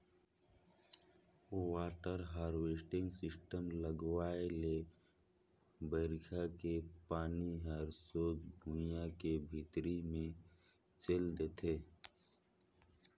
water harvesting system लगवाए ले बइरखा के पानी हर सोझ भुइयां के भीतरी मे चइल देथे